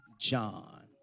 John